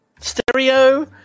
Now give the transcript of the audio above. stereo